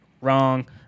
wrong